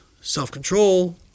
self-control